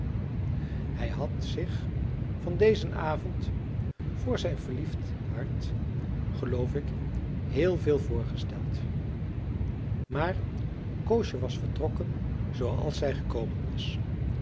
hij had zich van dezen avond voor zijn verliefd hart geloof ik heel veel voorgesteld maar koosje was vertrokken zoo als zij gekomen was